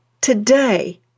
today